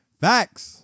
Facts